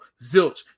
zilch